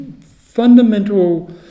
fundamental